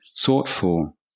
thoughtful